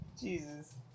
Jesus